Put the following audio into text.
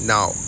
Now